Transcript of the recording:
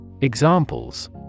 Examples